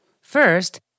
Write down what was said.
First